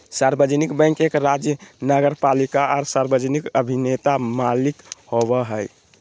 सार्वजनिक बैंक एक राज्य नगरपालिका आर सार्वजनिक अभिनेता मालिक होबो हइ